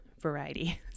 variety